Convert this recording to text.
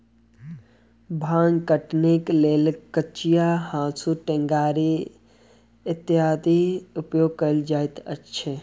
भांग कटनीक लेल कचिया, हाँसू, टेंगारी, कुरिहर इत्यादिक उपयोग कयल जाइत छै